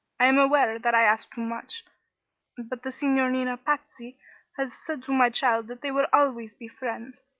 i am aware that i ask too much but the signorina patsy has said to my child that they would always be friends,